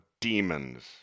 demons